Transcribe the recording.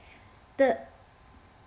the